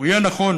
הוא יהיה נכון,